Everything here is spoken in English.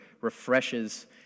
refreshes